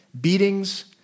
beatings